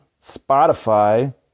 Spotify